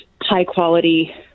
high-quality